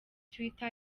twitter